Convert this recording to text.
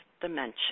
dimension